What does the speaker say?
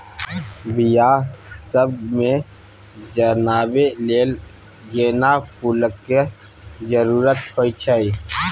बियाह सब मे सजाबै लेल गेना फुलक जरुरत होइ छै